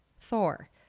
Thor